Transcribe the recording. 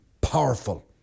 powerful